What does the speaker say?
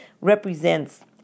represents